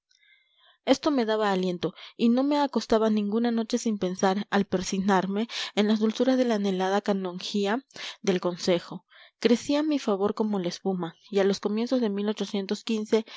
esto me daba aliento y no me acostaba ninguna noche sin pensar al persignarme en las dulzuras de la anhelada canonjía del consejo crecía mi favor como la espuma y a los comienzos de